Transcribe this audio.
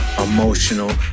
emotional